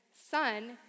son